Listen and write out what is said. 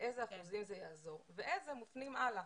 לאיזה אחוזים זה יעזור ואיזה מופנים הלאה.